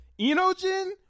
Enogen